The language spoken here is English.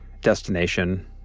destination